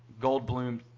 Goldblum